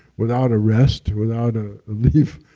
without a rest, without a leave,